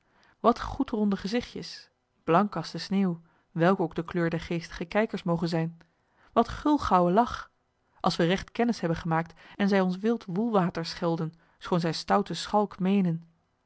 goedronde gezigtjes blank als de sneeuw welke ook de kleur der geestige kijkers moge zijn wat gulgaauwe lach als we regt kennis hebben gemaakt en zij ons wild woelwater schelden schoon zij stouten schalk meenen